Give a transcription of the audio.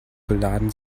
beladen